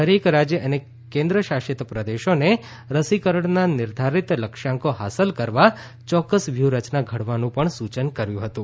દરેક રાજ્ય અને કેન્દ્રશાસિત પ્રદેશોને રસીકરણના નિર્ધારીત લક્ષ્યાંકો હાંસલ કરવા ચોક્કસ વ્યૂહરચના ઘડવાનું પણ સૂચન કર્યું હતું